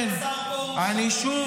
אני מציע